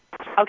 Okay